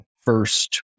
first